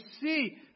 see